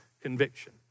conviction